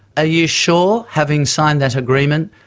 ah you sure, having signed that agreement,